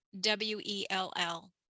W-E-L-L